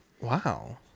wow